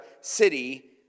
City